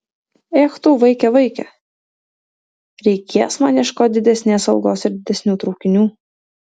ech tu vaike vaike reikės man ieškoti didesnės algos ir didesnių traukinių